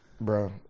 Bro